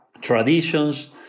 traditions